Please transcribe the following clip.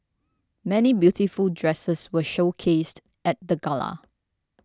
many beautiful dresses were showcased at the Gala